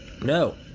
no